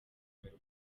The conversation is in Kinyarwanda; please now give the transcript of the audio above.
kumera